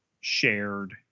shared